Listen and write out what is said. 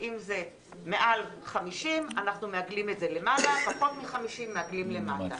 שאם זה מעל 50 אנחנו מעגלים למעלה ואם פחות מ-50 מעגלים למטה.